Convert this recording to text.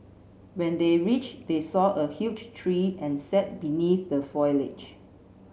when they reached they saw a huge tree and sat beneath the foliage